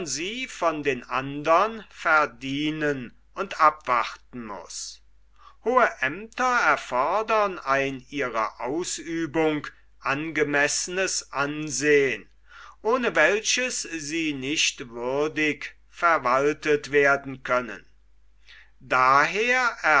sie von den andern verdienen und abwarten muß hohe aemter erfordern ein ihrer ausübung angemessenes ansehn ohne welches sie nicht würdig verwaltet werden können daher